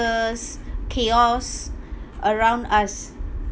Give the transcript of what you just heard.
chaos around us